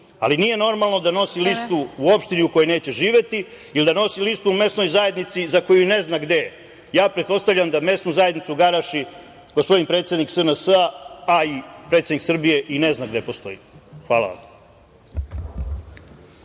ali nije normalno da nosi listu u opštini u kojoj neće živeti ili da nosi listu u mesnoj zajednici za koju ni ne zna gde je. Pretpostavljam da mesnu zajednicu Garaši gospodin predsednik SNS, a i predsednik Srbije i ne zna gde postoji. Hvala vam.